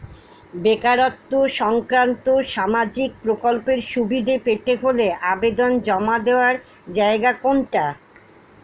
বেকারত্ব সংক্রান্ত সামাজিক প্রকল্পের সুবিধে পেতে হলে আবেদন জমা দেওয়ার জায়গা কোনটা?